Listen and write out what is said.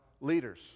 leaders